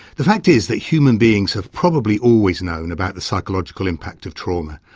the fact is that human beings have probably always known about the psychological impact of trauma.